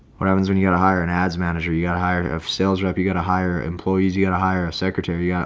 what happens when you gotta hire an ads manager? you gotta hire a sales rep. you gotta hire employees, you gotta hire a secretary. yeah